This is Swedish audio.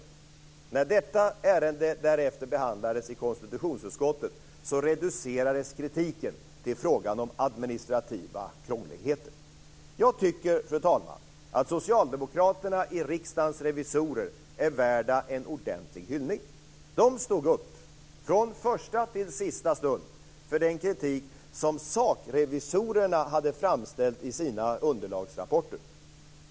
Men när detta ärende därefter behandlades i konstitutionsutskottet reducerades kritiken till en fråga om administrativa krångligheter. Jag tycker, fru talman, att socialdemokraterna i Riksdagens revisorer är värda en ordentlig hyllning. De stod upp, från första till sista stund, för den kritik som sakrevisorerna hade framställt i sina underlagsrapporter.